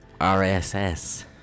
RSS